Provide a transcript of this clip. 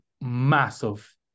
massive